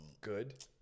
Good